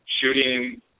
shooting